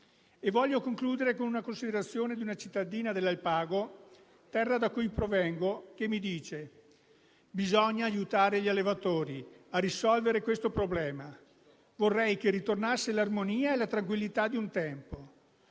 Voglio concludere con una considerazione di una cittadina dell'Alpago, terra da cui provengo, che dice: «Bisogna aiutare gli allevatori a risolvere questo problema, vorrei che tornasse l'armonia e la tranquillità di un tempo».